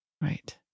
Right